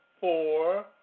four